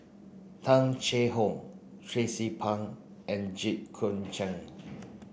Tung Chye Hong Tracie Pang and Jit Koon Ch'ng